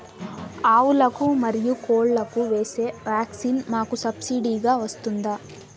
ఆవులకు, మరియు కోళ్లకు వేసే వ్యాక్సిన్ మాకు సబ్సిడి గా వస్తుందా?